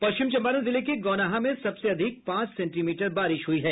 पश्चिम चंपारण जिले के गौनाहा में सबसे अधिक पांच सेंटीमीटर बारिश हुई है